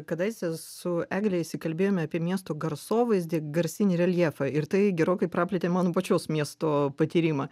kadaise esu egle įsikalbėjome apie miesto garsovaizdį garsinį reljefą ir tai gerokai praplėtė mano pačios miesto patyrimą